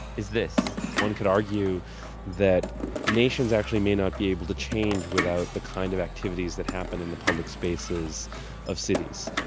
is this one could argue that nations actually may not be able to change without the kinds kind of activities that happen in the public spaces of cities